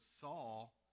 Saul